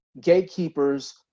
gatekeepers